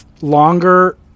longer